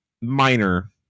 minor